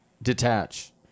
Detach